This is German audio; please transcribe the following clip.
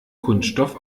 kunststoff